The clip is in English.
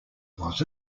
was